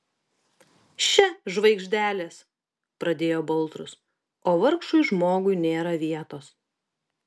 še žvaigždelės pradėjo baltrus o vargšui žmogui nėra vietos